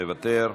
מוותר.